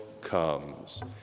comes